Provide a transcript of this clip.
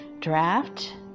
draft